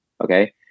Okay